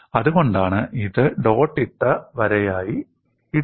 അതുകൊണ്ടാണ് ഇത് ഡോട്ട് ഇട്ട വരയായി ഇടുന്നത്